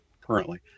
currently